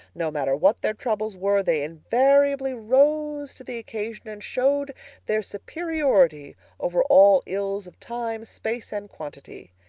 no matter what their troubles were, they invariably rose to the occasion and showed their superiority over all ills of time, space, and quantity.